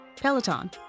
peloton